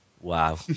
Wow